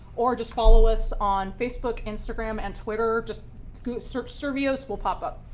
or just follow us on facebook, instagram, and twitter. just search survios. we'll pop up.